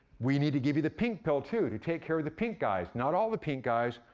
we need to give you the pink pill, too, to take care of the pink guys. not all the pink guys,